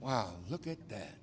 wow look at that